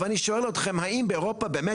אבל אני שואל אותכם האם באירופה יש באמת